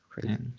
crazy